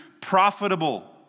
profitable